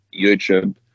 YouTube